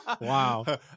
Wow